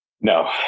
No